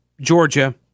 Georgia